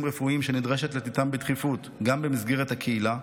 רפואיים שנדרש לתיתם בדחיפות גם במסגרת הקהילה,